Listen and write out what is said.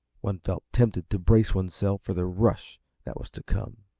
one felt tempted to brace oneself for the rush that was to come.